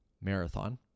marathon